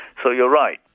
so you're right,